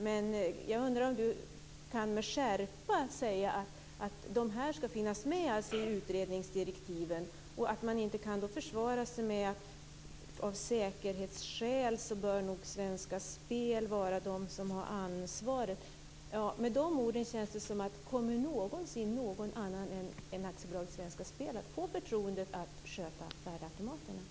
Men jag undrar om du kan säga med skärpa att de här skall finnas med i utredningsdirektiven och att man inte då kan försvara sig med att säga att Svenska Spel nog av säkerhetsskäl bör vara den som har ansvaret. Säger man så kan vi börja fråga oss: Kommer någonsin någon annan än AB Svenska Spel att få förtroendet att sköta värdeautomaterna?